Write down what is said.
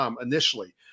initially